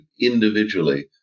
individually